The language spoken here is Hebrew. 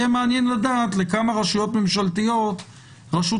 יהיה מעניין לדעת לכמה רשויות ממשלתיות רשות